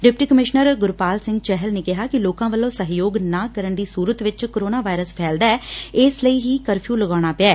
deputy commissioner Gurpal Singh Chahal ਨੇ ਕਿਹਾ ਕਿ ਲੋਕਾਂ ਵੱਲੋਂ ਸਹਿਯੋਗ ਨਾ ਕਰਨ ਦੀ ਸੁਰਤ ਵਿਚ ਕੋਰੋਨਾ ਵਾਇਰਸ ਫੈਲਦਾ ਐ ਇਸ ਲਈ ਹੀ ਕਰਫਿਉ ਲਗਾਉਣਾ ਪਿਐ